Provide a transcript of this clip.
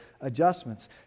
adjustments